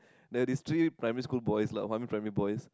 there are this three primary school boys lah one primary boys